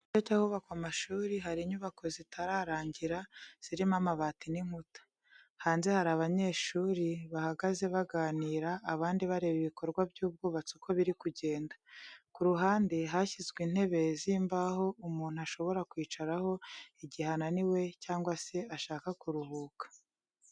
Mu gice cy'ahubakwa amashuri, hari inyubako zitararangira, zirimo amabati n'inkuta. Hanze hari abanyeshuri bahagaze baganira, abandi bareba ibikorwa by'ubwubatsi uko biri kugenda. Ku ruhande hashyizwe intebe z'imbaho umuntu ashobora kwicaraho igihe ananiwe cyangwa se ashaka kuruhuka.